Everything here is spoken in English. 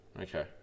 Okay